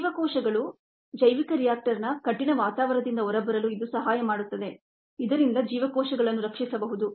ಜೀವಕೋಶಗಳು ಜೈವಿಕ ರಿಯಾಕ್ಟರ್ನ ಕಠಿಣ ವಾತಾವರಣದಿಂದ ಹೊರಬರಲು ಇದು ಸಹಾಯ ಮಾಡುತ್ತದೆ ಇದರಿಂದ ಜೀವಕೋಶಗಳನ್ನು ರಕ್ಷಿಸಬಹುದು